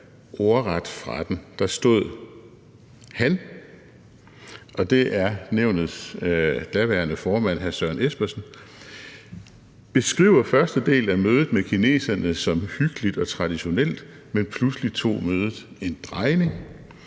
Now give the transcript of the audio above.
læse følgende: »Han« – og det er Nævnets daværende formand, hr. Søren Espersen – »beskriver første del af mødet med kineserne som »hyggeligt og traditionelt«, men pludselig tog mødet en drejning.